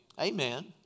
amen